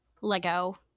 Lego